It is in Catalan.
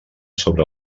sobre